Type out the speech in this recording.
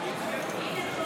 בעד.